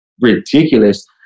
ridiculous